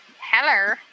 Hello